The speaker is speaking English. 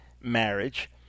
marriage